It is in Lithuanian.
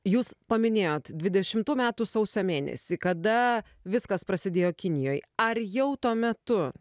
jūs paminėjot dvidešimtų metų sausio mėnesį kada viskas prasidėjo kinijoj ar jau tuo metu